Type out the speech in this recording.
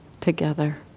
together